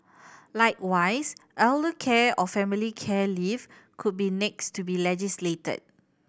likewise elder care or family care leave could be next to be legislated